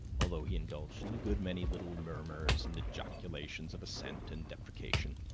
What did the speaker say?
although he indulged in a good many little murmurs and ejaculations of assent and deprecation.